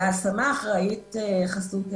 על ההשמה אחראית חסות הנוער,